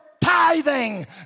tithing